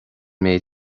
méid